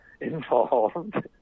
involved